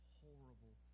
horrible